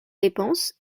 dépense